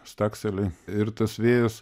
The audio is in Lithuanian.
stakseliai ir tas vėjas